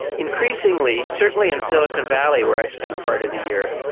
increasingly, certainly in silicon valley where i spend part of the year,